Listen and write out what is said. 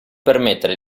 permettere